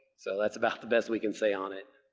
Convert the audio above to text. so that's about the best we can say on it.